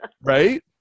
right